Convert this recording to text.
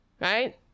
right